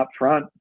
upfront